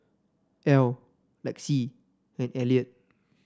Ell Lexi and Eliot